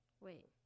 Wait